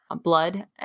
Blood